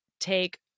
take